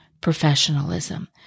professionalism